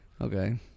Okay